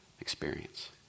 experience